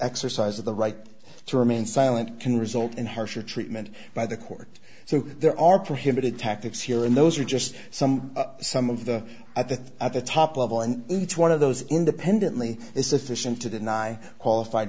exercise of the right to remain silent can result in harsher treatment by the court so there are prohibited tactics here and those are just some some of the at the at the top level and each one of those independently is sufficient to deny qualified